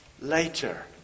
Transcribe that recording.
later